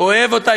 אוהב אותה,